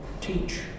teach